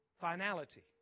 finality